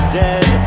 dead